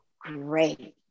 great